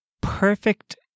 perfect